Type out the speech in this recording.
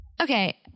okay